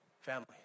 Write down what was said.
family